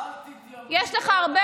אל תתיימרי להיות מה שאת לא.